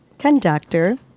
conductor